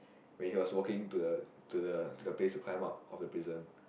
when he was walking to the to the to the place to climb out of the prison